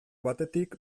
batetik